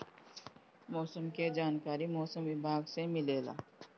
मौसम के जानकारी मौसम विभाग से मिलेला?